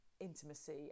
intimacy